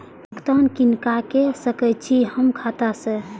भुगतान किनका के सकै छी हम खाता से?